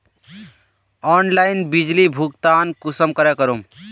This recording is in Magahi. ऑनलाइन बिजली बिल भुगतान कुंसम करे करूम?